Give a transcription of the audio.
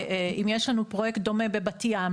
אם יש לנו פרויקט דומה בבת ים,